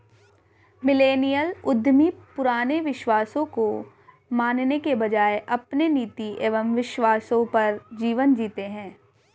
millennial उद्यमी पुराने विश्वासों को मानने के बजाय अपने नीति एंव विश्वासों पर जीवन जीते हैं